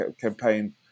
campaign